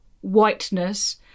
whiteness